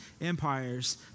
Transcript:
empires